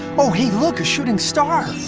oh, hey, look. a shooting star.